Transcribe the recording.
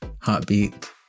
heartbeat